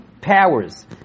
powers